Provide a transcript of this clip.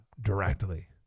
directly